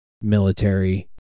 military